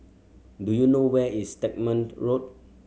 do you know where is Stagmont Road